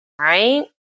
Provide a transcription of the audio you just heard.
right